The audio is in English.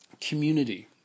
community